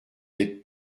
d’être